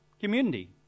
community